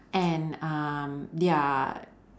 and um their